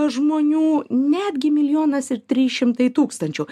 žmonių netgi milijonas ir trys šimtai tūkstančių